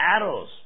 arrows